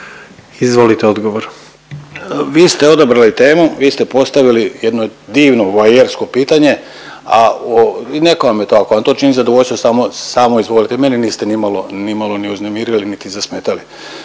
Ivan** Vi ste odabrali temu, vi ste postavili jedno divno voajersko pitanje, a neka vam je to ako vam to čini zadovoljstvo samo izvolite, mene niste nimalo ni uznemirili niti zasmetali.